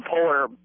polar